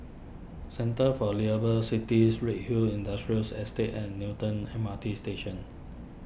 Centre for Liveable Cities Redhill Industrial Estate and Newton M R T Station